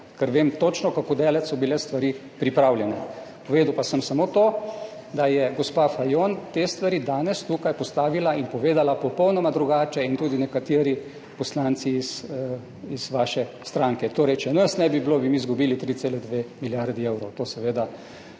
ker točno vem, kako daleč so bile stvari pripravljene. Povedal pa sem samo to, da je gospa Fajon te stvari danes tukaj postavila in povedala popolnoma drugače in tudi nekateri poslanci iz vaše stranke, torej »če nas ne bi bilo, bi vi izgubili 3,2 milijarde evrov«. To seveda